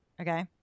okay